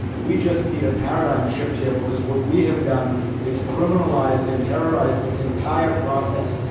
we just need a paradigm shift here because what we have done is criminalize and terrorize this entire process,